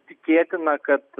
tikėtina kad